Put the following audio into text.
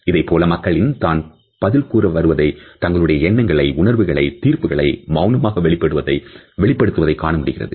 இதைப்போல மக்களின் தான் பதில் கூற வருவதை தங்களுடைய எண்ணங்களை உணர்வுகளை தீர்ப்புகளை மௌனமாக வெளிப்படுத்துவதை காணமுடிகிறது